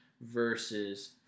versus